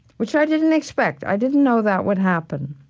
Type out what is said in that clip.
which i didn't expect. i didn't know that would happen